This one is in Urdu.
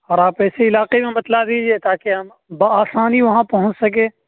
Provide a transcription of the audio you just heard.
اور آپ ایسے علاقے میں بتلا دیجیے تاکہ ہم بآسانی وہاں پہنچ سکے